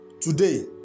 Today